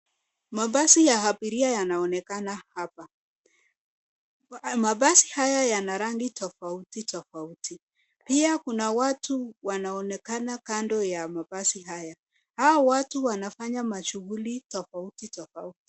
Mabasi ya abiria yanaonekana hapa. Mabasi haya yana rangi tofauti tofauti. Pia kuna watu wanaoonekana kando ya mabasi haya. Hao watu wanafanya mashughuli tofauti tofauti.